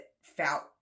felt